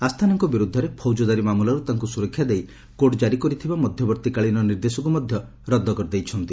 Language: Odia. ଆସ୍ଥାନାଙ୍କ ବିରୁଦ୍ଧରେ ଫୌଜଦାରୀ ମାମଲାରୁ ତାଙ୍କୁ ସୁରକ୍ଷା ଦେଇ କୋର୍ଟ ଜାରି କରିଥିବା ମଧ୍ୟବର୍ତ୍ତିକାଳୀନ ନିର୍ଦ୍ଦେଶକୁ ମଧ୍ୟ ରଦ୍ଦ କରି ଦେଇଛନ୍ତି